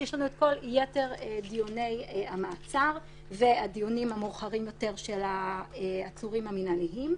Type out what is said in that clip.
יש את כל יתר דיוני המעצר והדיונים המאוחרים יותר של העצורים המינהליים.